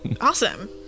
Awesome